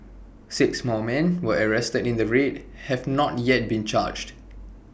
six more men were arrested in the raid have not yet been charged